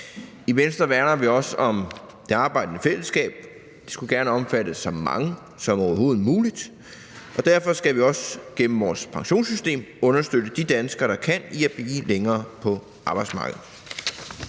I Venstre værner vi også om det arbejdende fællesskab. Det skulle gerne omfatte så mange som overhovedet muligt, og derfor skal vi også gennem vores pensionssystem understøtte de danskere, der kan, i at blive længere på arbejdsmarkedet.